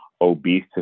obese